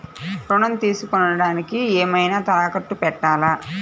ఋణం తీసుకొనుటానికి ఏమైనా తాకట్టు పెట్టాలా?